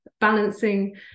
balancing